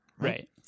Right